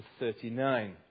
39